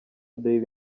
daily